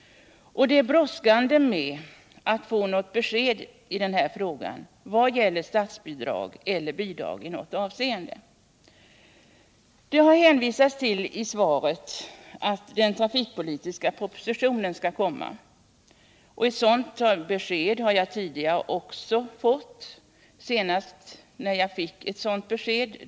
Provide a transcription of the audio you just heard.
Det är brådskande att få något besked i den här frågan om statsbidrag eller bidrag i något avseende. Det har i svaret hänvisats till att den trafikpolitiska propositionen skall komma. Sådant besked har jag också tidigare fått, senast att den skulle ha kommit i aöstas.